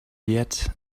yet